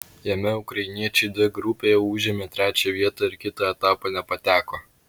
jame ukrainiečiai d grupėje užėmė trečią vietą ir kitą etapą nepateko